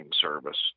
service